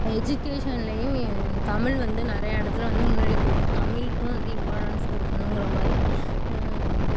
எஜிகேஷன்லேயும் தமிழ் வந்து நிறையா இடத்துல வந்து முன்னாடி கொடுத்து தமிழுக்கும் வந்து இம்பார்ட்டன்ஸ் கொடுக்குணுங்குற மாதிரி